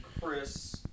Chris